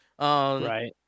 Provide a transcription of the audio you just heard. Right